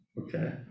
okay